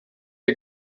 der